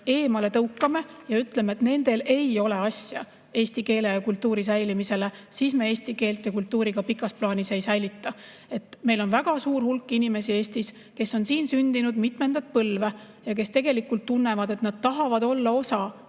eemale tõukame ja ütleme, et nendel ei ole asja eesti keele ja kultuuri säilimisele, siis me eesti keelt ja kultuuri pikas plaanis ei säilita. Meil on Eestis väga suur hulk inimesi, kes on siin sündinud, on siin mitmendat põlve ja tunnevad, et nad tahavad olla osa